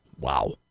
Wow